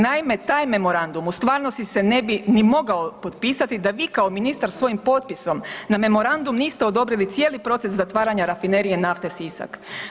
Naime, taj memorandum u stvarnosti se ne bi ni mogao potpisati da vi kao ministar svojim potpisom na memorandum niste odobrili cijeli proces zatvaranja Rafinerije nafte Sisak.